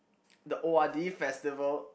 the O_R_D festival